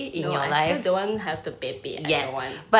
no I still don't want have the baby I don't want